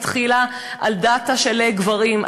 התחילה על דאטה של גברים,